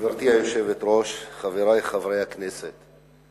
גברתי היושבת-ראש, חברי חברי הכנסת,